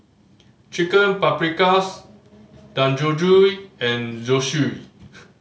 Chicken Paprikas Dangojiru and Zosui